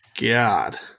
God